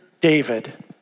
David